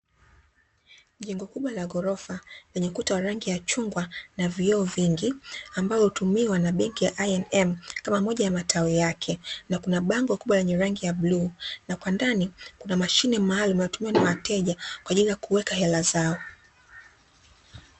Jengo kubwa la ghorofa lenye ukuta wa rangi ya chungwa na vioo vingi, ambao hutumiwa na benki ya INM kama moja ya matawi yake, na kuna bango kubwa lenye rangi ya bluu na kwa ndani kuna mashine maalumu inatumiwa na wateja kwa ajili ya kuweka hela zao.